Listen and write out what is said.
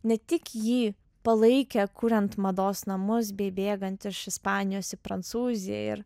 ne tik jį palaikė kuriant mados namus bei bėgant iš ispanijos į prancūziją ir